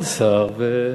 כל שר ו-.